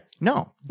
No